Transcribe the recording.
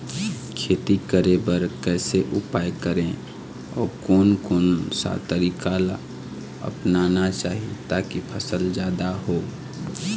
खेती करें बर कैसे उपाय करें अउ कोन कौन सा तरीका ला अपनाना चाही ताकि फसल जादा हो?